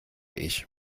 ich